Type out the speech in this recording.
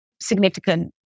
significant